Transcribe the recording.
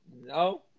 No